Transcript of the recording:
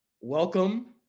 Welcome